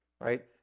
right